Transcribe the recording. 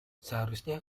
seharusnya